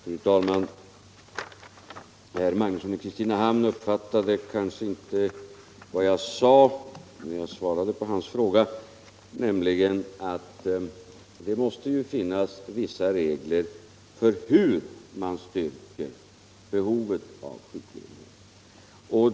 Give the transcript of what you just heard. Fru talman! Herr Magnusson i Kristinehamn uppfattade kanske inte vad jag sade när jag svarade på hans fråga, nämligen att det måste finnas vissa regler för hur man styrker behovet av sjukledighet.